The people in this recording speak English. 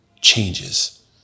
changes